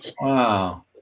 Wow